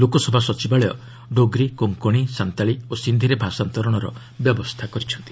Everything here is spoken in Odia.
ଲୋକସଭା ସଚିବାଳୟ ଡୋଗ୍ରୀ କୋଙ୍କଶି ସାନ୍ତାଳୀ ଓ ସିନ୍ଧିରେ ଭାଷାନ୍ତରଣର ବ୍ୟବସ୍ଥା କରିଛନ୍ତି